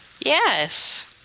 Yes